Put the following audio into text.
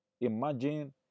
Imagine